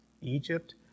Egypt